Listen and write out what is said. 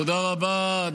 תודה רבה.